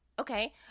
Okay